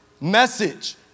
message